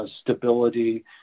stability